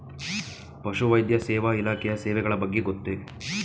ಪಶುವೈದ್ಯ ಸೇವಾ ಇಲಾಖೆಯ ಸೇವೆಗಳ ಬಗ್ಗೆ ಗೊತ್ತೇ?